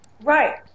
Right